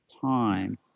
time